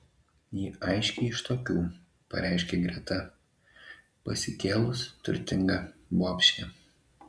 ji aiškiai iš tokių pareiškė greta pasikėlus turtinga bobšė